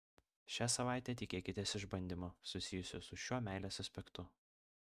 šią savaitę tikėkitės išbandymo susijusio su šiuo meilės aspektu